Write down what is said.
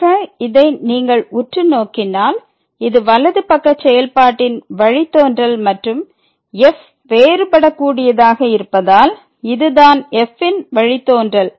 ஆக இதை நீங்கள் உற்று நோக்கினால் இது வலது பக்க செயல்பாட்டின் வழித்தோன்றல் மற்றும் f வேறுபடக்கூடியதாக இருப்பதால் இதுதான் f இன் வழித்தோன்றல்